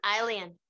alien